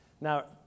Now